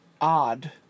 odd